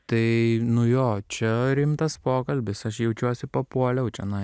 tai nu jo čia rimtas pokalbis aš jaučiuosi papuoliau čionai